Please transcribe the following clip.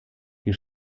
die